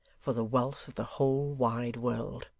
for the wealth of the whole wide world.